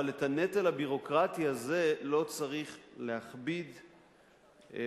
אבל את הנטל הביורוקרטי הזה לא צריך להכביד בביורוקרטיה.